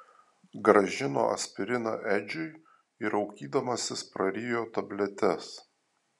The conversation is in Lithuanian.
grąžino aspiriną edžiui ir raukydamasis prarijo tabletes